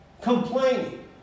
complaining